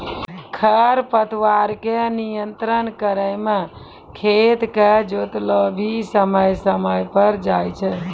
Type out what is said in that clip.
खरपतवार के नियंत्रण करै मे खेत के जोतैलो भी समय समय पर जाय छै